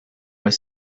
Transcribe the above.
were